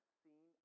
seen